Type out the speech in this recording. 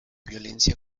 violencia